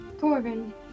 Corbin